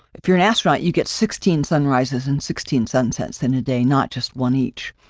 if you're an astronaut, you get sixteen sunrises and sixteen sentences in a day, not just one each.